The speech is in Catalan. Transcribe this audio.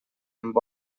amb